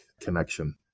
connection